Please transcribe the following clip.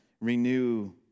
renew